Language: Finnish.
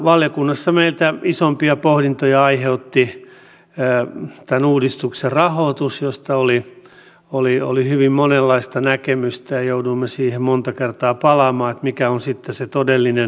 valiokunnassa meillä isompia pohdintoja aiheutti tämän uudistuksen rahoitus josta oli hyvin monenlaista näkemystä ja jouduimme siihen monta kertaa palaamaan mikä on sitten se todellinen linja